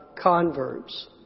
converts